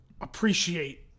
appreciate